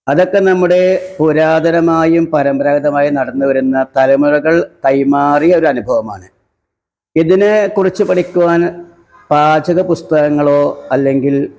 അതൊക്കെ നമ്മുടെ പുരാതനമായും പരമ്പരാഗതമായും നടന്നു വരുന്ന തലമുറകള് കൈമാറിയ ഒരു അനുഭവമാണ് ഇതിനെക്കുറിച്ച് പഠിക്കുവാൻ പാചക പുസ്തകങ്ങളോ അല്ലെങ്കില്